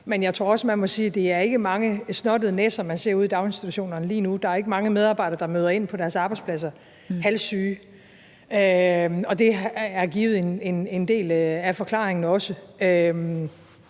men jeg tror også, man må sige, at det ikke er mange snottede næser, man ser ude i daginstitutionerne lige nu. Der er ikke mange medarbejdere, der møder halvsyge ind på deres arbejdspladser. Det er jo givet en del af forklaringen også.